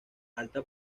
alta